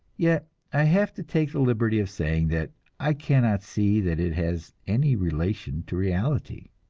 yet i have to take the liberty of saying that i cannot see that it has any relation to reality.